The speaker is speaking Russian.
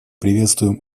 приветствуем